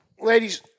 ladies